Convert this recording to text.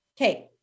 Okay